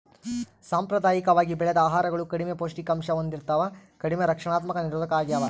ಸಾಂಪ್ರದಾಯಿಕವಾಗಿ ಬೆಳೆದ ಆಹಾರಗಳು ಕಡಿಮೆ ಪೌಷ್ಟಿಕಾಂಶ ಹೊಂದಿರ್ತವ ಕಡಿಮೆ ರಕ್ಷಣಾತ್ಮಕ ನಿರೋಧಕ ಆಗ್ಯವ